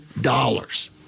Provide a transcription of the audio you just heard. dollars